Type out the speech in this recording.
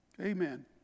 Amen